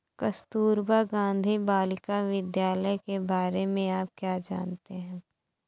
कस्तूरबा गांधी बालिका विद्यालय के बारे में आप क्या जानते हैं?